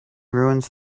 ruins